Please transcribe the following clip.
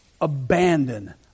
abandon